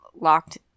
locked